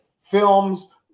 films